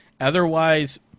Otherwise